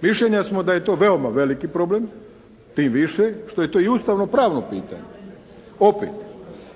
Mišljenja smo da je to veoma veliki problem, tim više što je to i ustavnopravno pitanje opet,